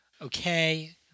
Okay